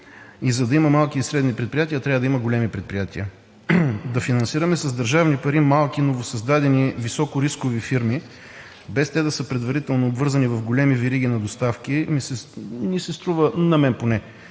и за да има малки и средни предприятия, трябва да има големи предприятия. Да финансираме с държавни пари малки, новосъздадени високорискови фирми, без те да са предварително обвързани в големи вериги на доставки, ми се струва – на мен поне,